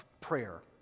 prayer